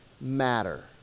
matter